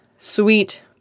sweet